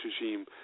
regime